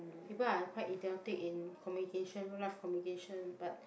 but I quite idiotic in communication real life communication but